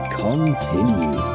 continue